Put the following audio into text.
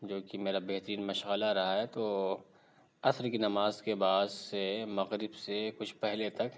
جو کہ میرا بہترین مشغلہ رہا ہے تو عصر کی نماز کے بعد سے مغرب سے کچھ پہلے تک